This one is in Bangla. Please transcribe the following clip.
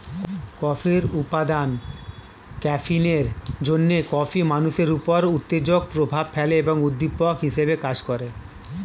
কফির উপাদান ক্যাফিনের জন্যে কফি মানুষের উপর উত্তেজক প্রভাব ফেলে ও উদ্দীপক হিসেবে কাজ করে